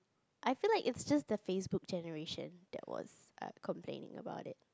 I feel like it's just the Facebook generation that was err complaining about it